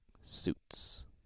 Suits